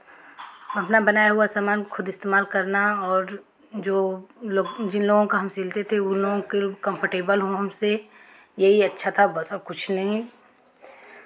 अपना बनाया हुआ सामान खुद इस्तेमाल करना और जो लोग जिन लोगों का हम सिलते थे उन लोगों के कम्फर्टेबल होने से यही अच्छा था अब बस अब कुछ नहीं